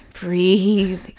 breathe